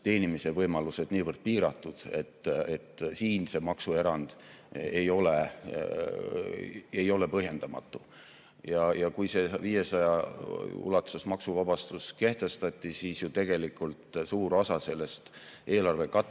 tuluteenimise võimalused niivõrd piiratud, et siin see maksuerand ei ole põhjendamatu. Kui 500 [euro] ulatuses maksuvabastus kehtestati, siis ju tegelikult suur osa selle eelarvekattest